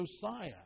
Josiah